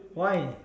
why